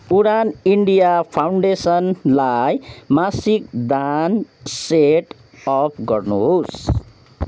उडान India फाउन्डेसनलाई मासिक दान सेट अप गर्नुहोस्